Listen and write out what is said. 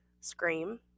Scream